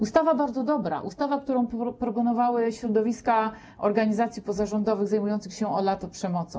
Ustawa jest bardzo dobra, to ustawa, którą proponowały środowiska organizacji pozarządowych zajmujących się od lat przemocą.